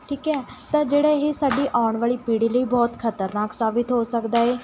ਠੀਕ ਹੈ ਤਾਂ ਜਿਹੜਾ ਇਹ ਸਾਡੀ ਆਉਣ ਵਾਲੀ ਪੀੜ੍ਹੀ ਲਈ ਬਹੁਤ ਖ਼ਤਰਨਾਕ ਸਾਬਿਤ ਹੋ ਸਕਦਾ ਏ